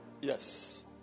Yes